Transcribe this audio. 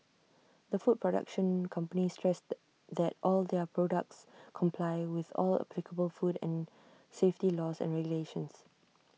the food production company stressed that all their products comply with all applicable food and safety laws and regulations